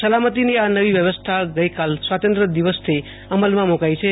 સલામતીની આ નવી વ્યવસ્થા ગઈકાલ સ્વતંત્ર્યદિન થી અમલમાં મુકાઈ છે